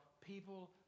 people